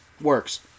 Works